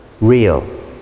real